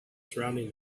surrounding